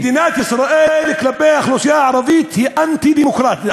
מדינת ישראל כלפי האוכלוסייה הערבית היא אנטי-דמוקרטית,